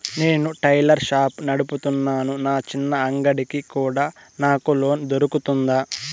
నేను tailor shop నడుపుతున్నాను, నా చిన్న అంగడి కి కూడా నాకు లోను దొరుకుతుందా?